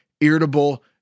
irritable